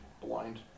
Blind